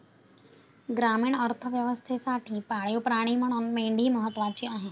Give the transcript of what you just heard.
ग्रामीण अर्थव्यवस्थेसाठी पाळीव प्राणी म्हणून मेंढी महत्त्वाची आहे